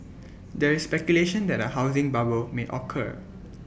there is speculation that A housing bubble may occur